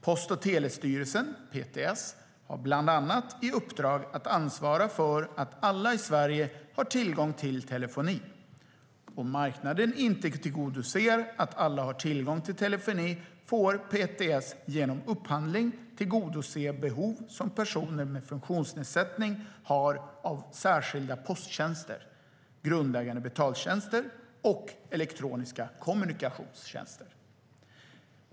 Post och telestyrelsen, PTS, har bland annat i uppdrag att ansvara för att alla i Sverige har tillgång till telefoni. Om marknaden inte tillgodoser att alla har tillgång till telefoni får PTS genom upphandling tillgodose behov som personer med funktionsnedsättning har av särskilda posttjänster, grundläggande betaltjänster och elektroniska kommunikationstjänster.